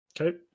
Okay